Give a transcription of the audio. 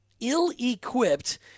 ill-equipped